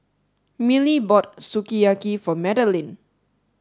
Millie bought Sukiyaki for Madilyn